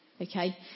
Okay